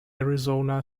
arizona